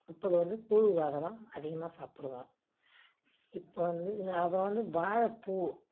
அப்புறம் வந்து கூழு வகை தான் அதிகமாக சாப்பிடுவோம் இப்போ வந்து ந அப்புறம் வந்து வாழைஃப்பூ